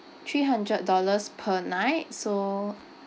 three hundred dollars per night so